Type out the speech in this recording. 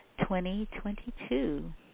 2022